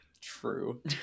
True